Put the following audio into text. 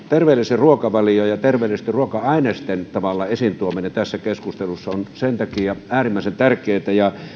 terveellisen ruokavalion ja terveellisten ruoka ainesten tavallaan esiin tuominen tässä keskustelussa on sen takia äärimmäisen tärkeätä